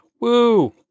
Woo